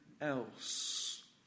else